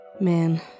man